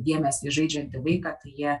dėmesį į žaidžiantį vaiką tai jie